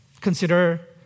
Consider